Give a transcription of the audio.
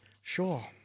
Sure